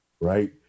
right